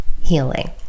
healing